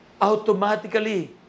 automatically